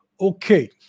Okay